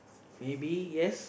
maybe yes